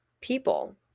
people